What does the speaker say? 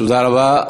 תודה רבה.